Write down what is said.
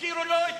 הזכירו לו את